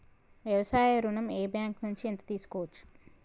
వ్యవసాయ ఋణం ఏ బ్యాంక్ నుంచి ఎంత తీసుకోవచ్చు?